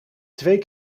twee